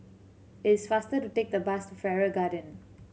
it's faster to take the bus to Farrer Garden